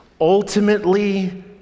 ultimately